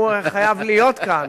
הוא חייב להיות כאן.